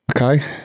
okay